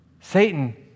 Satan